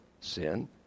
sin